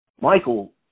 Michael